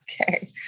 Okay